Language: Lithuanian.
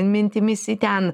mintimis į ten